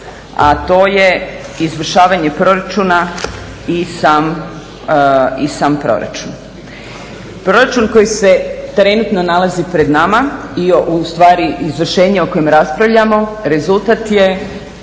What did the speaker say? a to je izvršavanje proračuna i sam proračun. Proračun koji se trenutno nalazi pred nama i ustvari izvršenje o kojem raspravljamo rezultat je